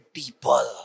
people